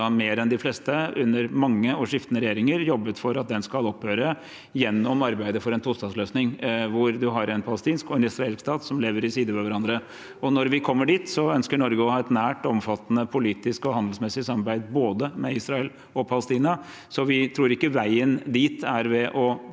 mer enn de fleste, under mange og skiftende regjeringer, jobbet for at den skal opphøre gjennom arbeidet for en tostatsløsning hvor man har en palestinsk og en israelsk stat som lever ved siden av hverandre. Når vi kommer dit, ønsker Norge å ha et nært og omfattende politisk og handelsmessig samarbeid med både Israel og Palestina. Vi tror ikke veien dit er ved å